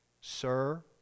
Sir